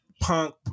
Punk